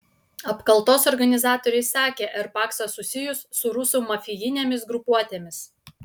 apkaltos organizatoriai sakė r paksą susijus su rusų mafijinėmis grupuotėmis